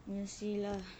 we'll see lah